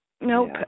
Nope